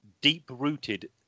deep-rooted